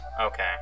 Okay